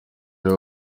ari